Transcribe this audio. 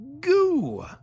Goo